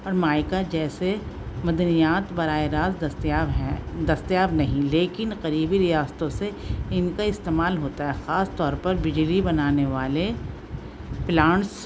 اور مائکہ جیسے معدنیات براہ راست دستیاب ہیں دستیاب نہیں لیکن قریبی ریاستوں سے ان کا استعمال ہوتا ہے خاص طور پر بجلی بنانے والے پلانٹس